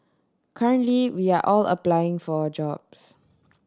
currently we are all applying for jobs